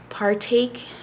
Partake